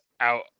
out